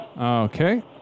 Okay